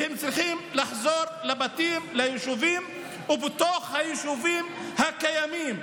והם צריכים לחזור לבתים וליישובים ובתוך היישובים הקיימים.